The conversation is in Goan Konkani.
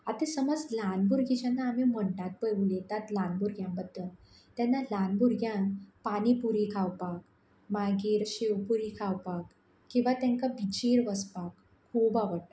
आतां समज ल्हान भुरगीं जेन्ना आमी म्हणटात पळय उलयतात ल्हान भुरग्यां बद्दल तेन्ना ल्हान भुरग्यांक पानी पुरी खावपाक मागीर शेव पुरी खावपाक किंवां तांकां बिचीर वचपाक खूब आवडटा